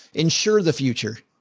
ensure the future.